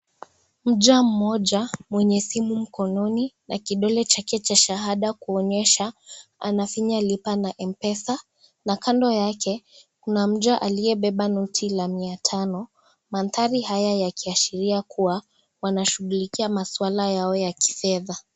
Mja mmoja mwenye simu mkononi na kidole chake cha shahada kuonyesha anafinya lipa na Mpesa na kando yake kuna mja aliyebeba noti la mia tano mandhari haya yakiashiria kuwa wanashugulikia maswala yao ya kifedha.